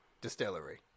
Distillery